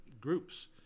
groups